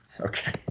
okay